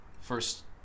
First